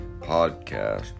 podcast